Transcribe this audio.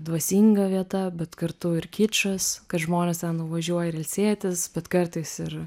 dvasinga vieta bet kartu ir kičas kad žmonės ten nuvažiuoja ir ilsėtis bet kartais ir